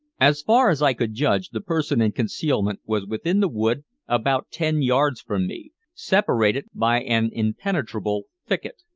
as far as i could judge, the person in concealment was within the wood about ten yards from me, separated by an impenetrable thicket.